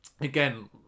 again